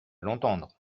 l’entendre